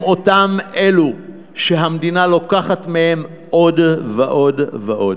הם אותם אלו שהמדינה לוקחת מהם עוד ועוד ועוד.